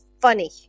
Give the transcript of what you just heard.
funny